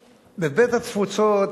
בבית-התפוצות,